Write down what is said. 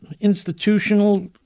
institutional